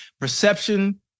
perception